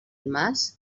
mas